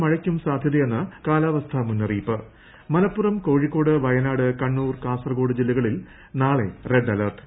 മഴയ്ക്കും സാധൃതയെന്ന് കാലാവസ്ഥാ മുന്നറിയിപ്പ് മലപ്പുറം കോഴിക്കോട് വയനാട് കണ്ണൂർ കാസർഗോഡ് ജില്ലകളിൽ നാളെ റെഡ് അലേർട്ട്